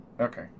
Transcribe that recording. Okay